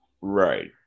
Right